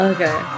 Okay